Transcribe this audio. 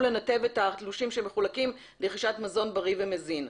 לנתב את התלושים שמחולקים לרכישת מזון בריא ומזין.